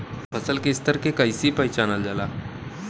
फसल के स्तर के कइसी पहचानल जाला